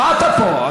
מה, אתה פה?